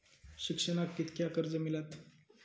शिक्षणाक कीतक्या कर्ज मिलात?